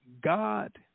God